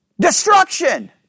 Destruction